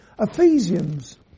Ephesians